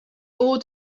all